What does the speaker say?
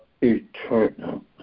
eternal